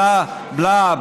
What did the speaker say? בלה,